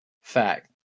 fact